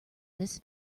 this